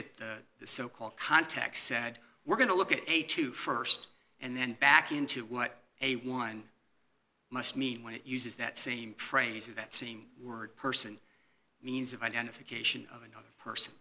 the the so called context said we're going to look at eight to st and then back into what a one must mean when it uses that same phrase or that same word person means of identification of another